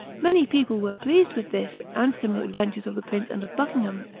many people were pleased with this and similar adventures of the prince and of buckingham,